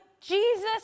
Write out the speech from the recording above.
Jesus